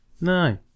No